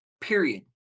Period